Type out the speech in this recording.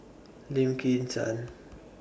Lim Kim San